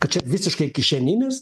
kad čia visiškai kišeninis